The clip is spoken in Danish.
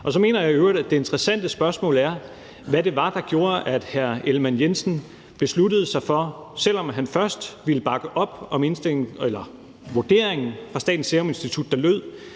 Så mener jeg i øvrigt, at det interessante spørgsmål er, hvad det var, der gjorde, at hr. Jakob Ellemann-Jensen traf den beslutning, selv om han først ville bakke op om vurderingen fra Statens Serum Institut, der lød,